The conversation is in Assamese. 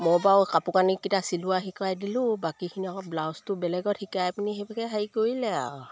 মই বাৰু কাপোৰ কানিকেইটা চিলোৱা শিকাই দিলোঁ বাকীখিনি আকৌ ব্লাউজটো বেলেগত শিকাই পিনি সেইভাগে হেৰি কৰিলে আৰু